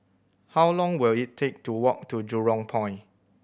how long will it take to walk to Jurong Point